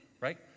right